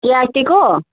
केआरटीको